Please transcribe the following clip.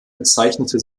bezeichnete